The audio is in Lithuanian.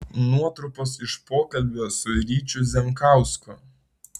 nuotrupos iš pokalbio su ryčiu zemkausku